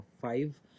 five